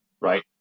right